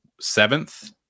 seventh